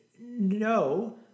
No